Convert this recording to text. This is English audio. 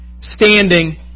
standing